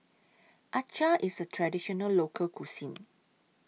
Acar IS A Traditional Local Cuisine